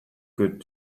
good